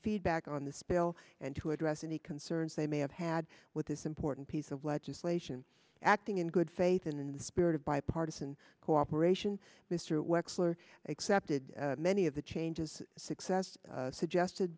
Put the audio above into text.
feedback on this bill and to address any concerns they may have had with this important piece of legislation acting in good faith and in the spirit of bipartisan cooperation mr wexler accepted many of the changes success suggested